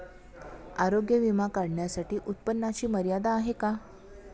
आरोग्य विमा काढण्यासाठी उत्पन्नाची मर्यादा आहे का?